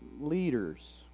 leaders